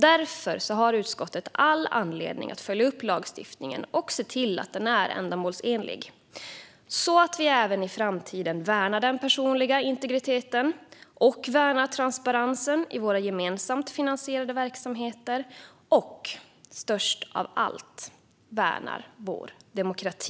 Därför har utskottet all anledning att följa upp lagstiftningen och se till att den är ändamålsenlig så att vi även i framtiden värnar den personliga integriteten, värnar transparensen i våra gemensamt finansierade verksamheter och - viktigast av allt - värnar vår demokrati.